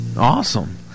Awesome